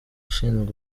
ushinzwe